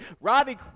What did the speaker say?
Ravi